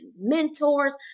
mentors